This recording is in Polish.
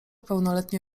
pełnoletni